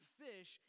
fish